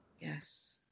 Yes